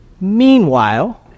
Meanwhile